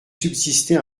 subsister